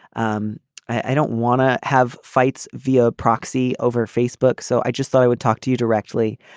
um i don't want to have fights via proxy over facebook. so i just thought i would talk to you directly.